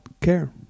care